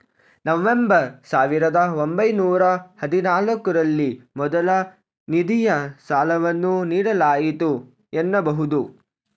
November ಸಾವಿರದ ಒಂಬೈನೂರ ಹದಿನಾಲ್ಕು ರಲ್ಲಿ ಮೊದಲ ನಿಧಿಯ ಸಾಲವನ್ನು ನೀಡಲಾಯಿತು ಎನ್ನಬಹುದು